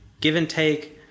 give-and-take